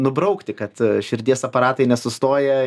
nubraukti kad širdies aparatai nesustoja